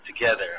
together